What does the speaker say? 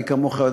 מי כמוך יודע,